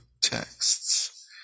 texts